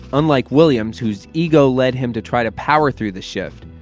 unlike williams, whose ego led him to try to power through the shift,